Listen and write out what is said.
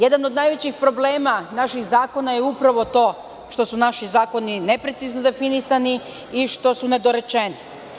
Jedan od najvećih problema naših zakona je upravo to što su naši zakoni neprecizno definisani i što su nedorečeni.